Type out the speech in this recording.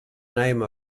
name